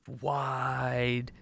wide